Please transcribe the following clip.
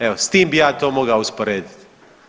Evo s tim bih ja to mogao usporediti.